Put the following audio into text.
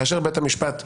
כאשר בית המשפט אומר: